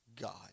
God